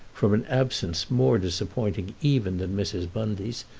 from an absence more disappointing even than mrs. bundy's,